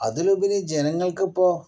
അതിലുപരി ജനങ്ങൾക്കിപ്പോൾ